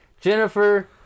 Jennifer